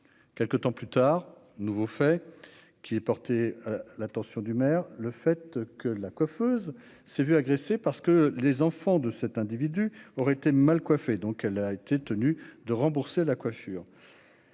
quelques temps plus tard, nouveau fait qui est porté l'attention du maire, le fait que la coiffeuse c'est vu agresser parce que les enfants de cet individu aurait été mal coiffée, donc elle a été tenu de rembourser la coiffure